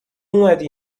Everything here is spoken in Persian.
اومدی